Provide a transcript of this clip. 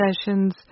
sessions